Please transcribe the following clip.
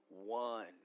One